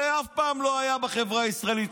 זה אף פעם לא היה בחברה הישראלית.